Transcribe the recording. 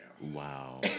Wow